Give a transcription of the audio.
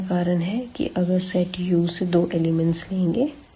इसका कारण है कि अगर सेट Uसे दो एलिमेंट्स लेंगे